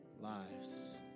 lives